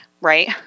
right